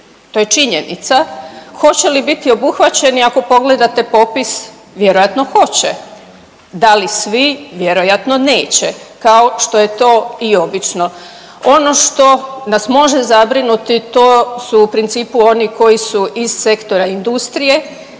to je činjenica. Hoće li biti obuhvaćeni ako pogledate popis vjerojatno hoće. Da li svi? Vjerojatno neće kao što je to i obično. Ono što nas može zabrinuti to su u principu oni koji su iz sektora industrije